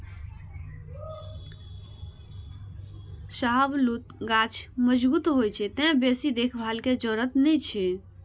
शाहबलूत गाछ मजगूत होइ छै, तें बेसी देखभाल के जरूरत नै छै